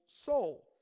soul